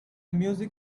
music